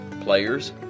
Players